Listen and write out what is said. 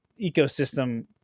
ecosystem